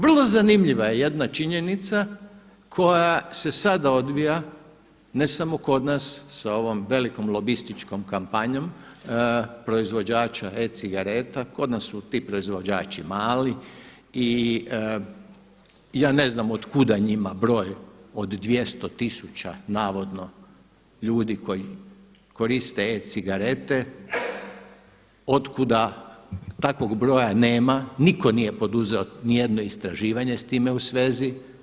Vrlo zanimljiva je jedna činjenica koja se sada odvija ne samo kod nas sa ovom velikom lobističkom kampanjom proizvođača e-cigareta, kod nas su ti proizvođači mali i ja ne znam od kuda njima broj od 200 tisuća navodno ljudi koji koriste e-cigarete, od kuda takvoga broja nema, nitko nije poduzeo nijedno istraživanje s time u svezi.